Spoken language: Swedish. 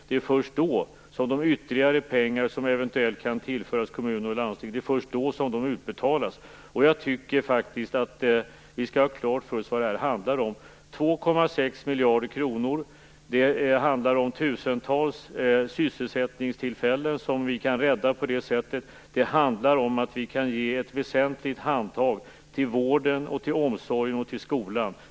Det är först då som de ytterligare pengar som eventuellt kan tillföras kommuner och landsting utbetalas. Jag tycker faktiskt att vi skall ha klart för oss vad det här handlar om. 2,6 miljarder kronor handlar om tusentals sysselsättningstillfällen som vi kan rädda. Det handlar om att vi kan ge ett väsentligt handtag till vården, till omsorgen och till skolan.